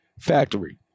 factory